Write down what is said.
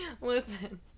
listen